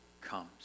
comes